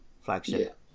flagship